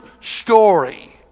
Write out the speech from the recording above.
story